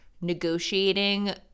negotiating